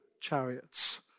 chariots